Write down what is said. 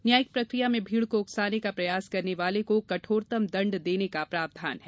न्यायिक प्रक्रिया में भीड़ को उकसाने का प्रयास करने वाले को कठोरतम दण्ड देने का प्रावधान है